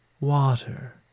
water